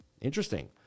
Interesting